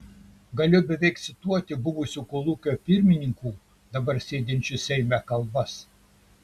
galiu beveik cituoti buvusių kolūkio pirmininkų dabar sėdinčių seime kalbas